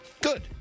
good